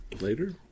Later